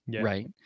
right